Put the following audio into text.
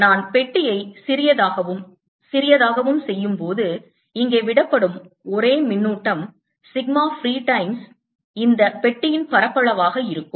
நான் பெட்டியை சிறியதாகவும் சிறியதாகவும் செய்யும் போது இங்கே விடப்படும் ஒரே மின்னூட்டம் சிக்மா ஃப்ரீ டைம்ஸ் இந்த பெட்டியின் பரப்பளவாக இருக்கும்